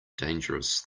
dangerous